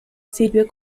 sirvió